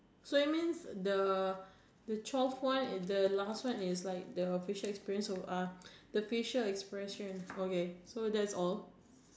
so you mean the the twelve one the last one is like the facial experience uh the facial expression okay so that's all